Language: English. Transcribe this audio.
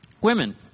Women